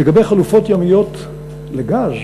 לגבי חלופות ימיות לגז,